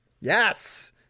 Yes